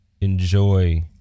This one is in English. enjoy